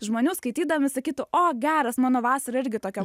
žmonių skaitydami sakytų o geras mano vasarą irgi tokia